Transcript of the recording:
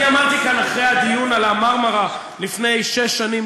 אני אמרתי כאן אחרי הדיון על ה"מרמרה" לפני שש שנים,